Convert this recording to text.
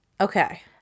Okay